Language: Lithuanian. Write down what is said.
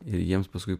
ir jiems paskui